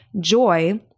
joy